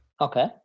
Okay